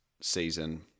season